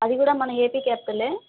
అది కూడా మన ఏపీ క్యాపిటల్